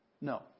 No